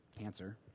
cancer